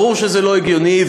ברור שזה לא הגיוני,